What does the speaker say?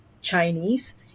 chinese